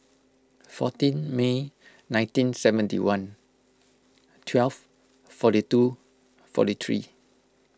fourteen May nineteen seventy one twelve forty two forty three